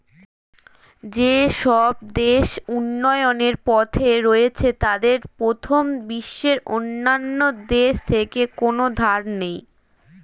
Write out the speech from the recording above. যেসব দেশ উন্নয়নের পথে রয়েছে তাদের প্রথম বিশ্বের অন্যান্য দেশ থেকে কোনো ধার নেই